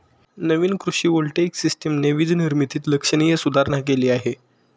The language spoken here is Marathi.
नवीन कृषी व्होल्टेइक सिस्टमने वीज निर्मितीत लक्षणीय सुधारणा केली आहे